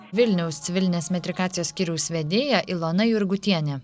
vilniaus civilinės metrikacijos skyriaus vedėja ilona jurgutienė